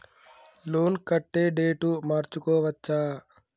Loan కట్టే date మార్చుకోవచ్చా?